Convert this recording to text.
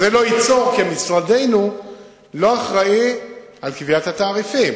משרדנו לא אחראי לקביעת התעריפים.